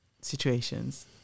situations